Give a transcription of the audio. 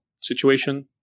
situation